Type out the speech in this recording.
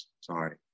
Sorry